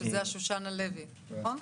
שזה השושנה לוי, נכון?